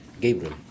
Gabriel